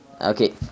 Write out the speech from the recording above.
okay